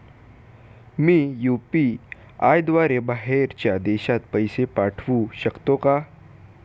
मी UPI द्वारे बाहेरच्या देशात पैसे पाठवू शकतो का?